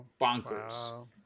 bonkers